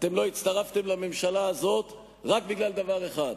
אתם לא הצטרפתם לממשלה הזאת רק בגלל דבר אחד: